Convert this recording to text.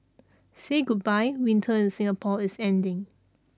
say goodbye winter in Singapore is ending